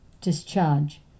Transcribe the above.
discharge